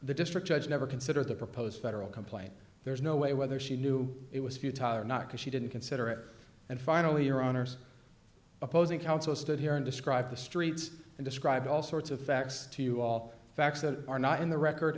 the district judge never considered the proposed federal complaint there's no way whether she knew it was futaba not because she didn't consider it and finally your honour's opposing counsel stood here and described the streets and described all sorts of facts to you all facts that are not in the record